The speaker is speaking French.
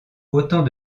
autant